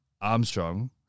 Armstrong